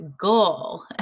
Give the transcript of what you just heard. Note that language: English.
goal